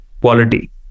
quality